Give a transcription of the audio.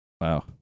Wow